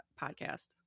podcast